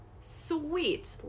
Sweet